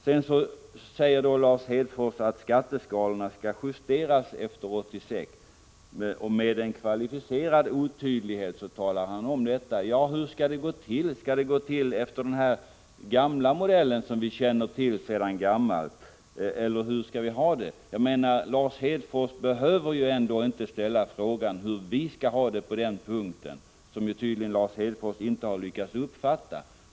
Sedan sade Lars Hedfors att skatteskalorna skall justeras efter 1986. Med en kvalificerad otydlighet talar han om detta. Hur skall det gå till? Skall det ske efter den gamla modell som vi känner till sedan tidigare eller hur skall vi ha det? Lars Hedfors behöver inte ställa frågan hur vi skall ha det på den punkten, vilket Lars Hedfors tydligen inte har lyckats uppfatta.